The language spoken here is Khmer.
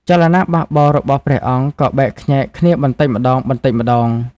ចលនាបះបោររបស់ព្រះអង្គក៏បែកខ្ញែកគ្នាបន្តិចម្ដងៗ។